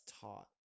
taught